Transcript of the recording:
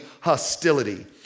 hostility